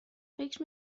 فکر